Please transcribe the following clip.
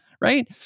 right